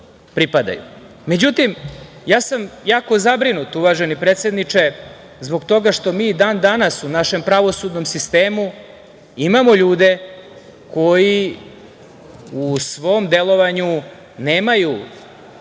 jako sam zabrinut, uvaženi predsedniče, zbog toga što mi i dan danas u našem pravosudnom sistemu imamo ljude koji u svom delovanju nemaju